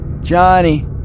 Johnny